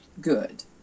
good